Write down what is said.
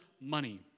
money